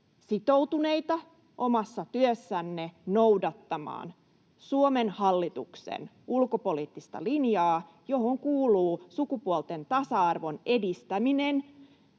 sitoutunut omassa työssänne noudattamaan Suomen hallituksen ulkopoliittista linjaa, johon kuuluu sukupuolten tasa-arvon edistäminen,